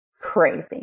Crazy